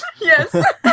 Yes